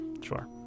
sure